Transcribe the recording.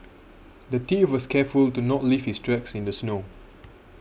the thief was careful to not leave his tracks in the snow